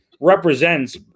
represents